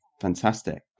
Fantastic